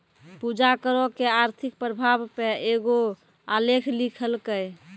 पूजा करो के आर्थिक प्रभाव पे एगो आलेख लिखलकै